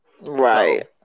right